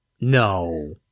No